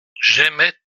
j’aimai